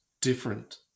different